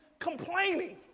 complaining